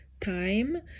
time